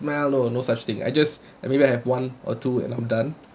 mellow no such thing I just I maybe have one or two and I'm done